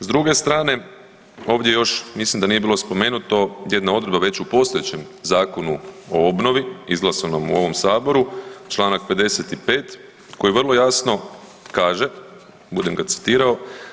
S druge strane ovdje još mislim da nije bilo spomenuto jedna odredba već u postojećem Zakonu o obnovi izglasanom u ovom saboru, Članak 55. koji vrlo jasno kaže, budem ga citirao.